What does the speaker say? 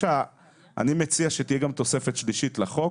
אני מציע שתהיה גם תוספת שלישית לחוק